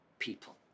people